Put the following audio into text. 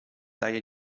daje